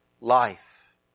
life